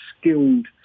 skilled